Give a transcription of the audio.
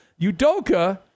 Udoka